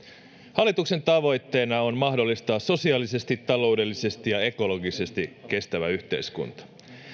hallituksen tavoitteena on mahdollistaa sosiaalisesti taloudellisesti ja ekologisesti kestävä yhteiskunta